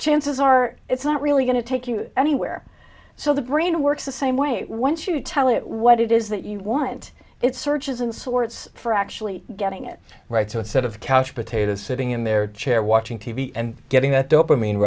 chances are it's not really going to take you anywhere so the brain works the same way once you tell it what it is that you want it searches and sorts for actually getting it right to a set of couch potatoes sitting in their chair watching t v and getting that do